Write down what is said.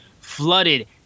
flooded